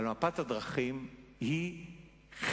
אבל מפת הדרכים היא חלק,